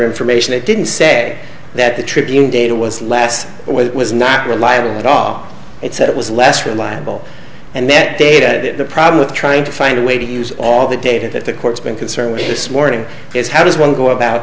information it didn't say that the tribune data was last with was not reliable at all it said it was less reliable and met data the problem with trying to find a way to use all the data that the court's been concerned with this morning is how does one go about